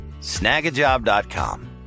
Snagajob.com